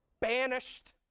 banished